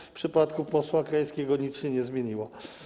W przypadku posła Krajewskiego nic się nie zmieniło.